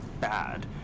bad